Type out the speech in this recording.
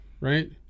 right